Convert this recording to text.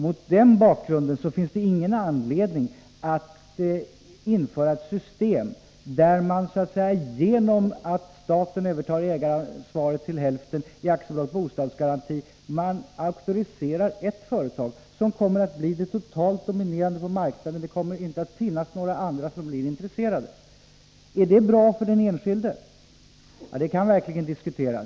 Mot den bakgrun Tisdagen den den finns det ingen anledning att införa ett system där man, genom att staten — 13 december 1983 övertar ägaransvaret till hälften i AB Bostadsgaranti, auktoriserar ett företag som kommer att bli det totalt dominerande på marknaden — det kommer inte z Garanti och föratt finnas några andra som blir intresserade. Är det för bra för den enskilde? säkring som villkor Det kan verkligen diskuteras.